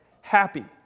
Happy